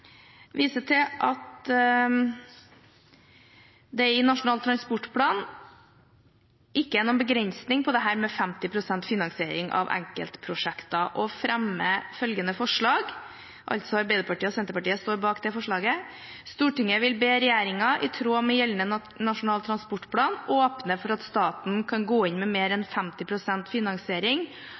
viser til at det i Nasjonal transportplan ikke er noen begrensning på dette med 50 pst. finansiering av enkeltprosjekter og fremmer følgende forslag: «Stortinget vil be regjeringen, i tråd med gjeldende Nasjonal transportplan, åpne for at staten kan gå inn med mer enn 50 pst. finansiering